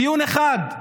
דיון אחד.